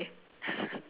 ya lor